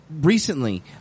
Recently